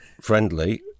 friendly